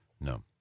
No